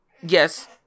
yes